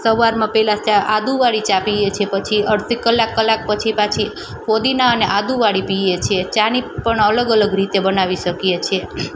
સવારમાં પહેલા ચા આદુવાળી ચા પીએ છે પછી અડધી કલાક કલાક પછી પાછી ફુદીનાવાળી અને આદુવાળી પીએ છે ચાની પણ અલગ અલગ રીતે બનાવી શકીએ છે